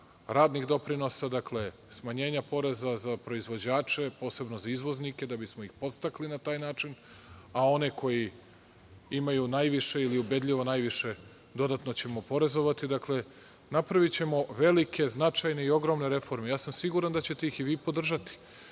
radnih doprinosa, dakle, smanjenja poreza za proizvođače, posebno za izvoznike da bismo ih podstakli na taj način, a one koji imaju najviše, ili ubedljivo najviše dodatno ćemo oporezovati. Napravićemo velike, značajne i ogromne reforme. Siguran sam da ćete ih i vi podržati.